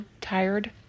tired